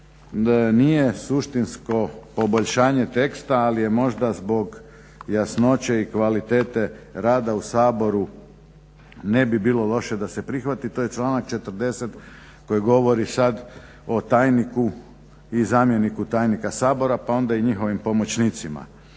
nije suštinsko poboljšanje teksta ali je možda zbog jasnoće i kvalitete rada u Saboru ne bi bilo loše da se prihvati. To je članak 40 koji govori sada o tajniku i zamjeniku tajnika Sabora pa onda i njihovim pomoćnicima.